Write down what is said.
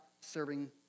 serving